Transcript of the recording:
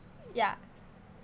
ya